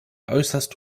äußerst